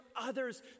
others